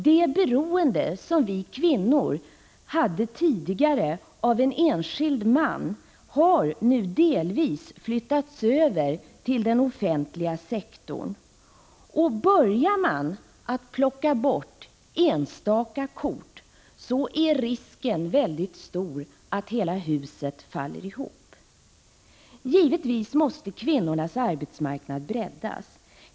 Det beroende som vi kvinnor hade tidigare av en enskild man har nu delvis flyttats över till den offentliga sektorn. Men börjar man plocka bort ett enstaka kort är risken mycket stor att hela huset faller ihop. Givetvis måste kvinnornas arbetsmarknad breddas.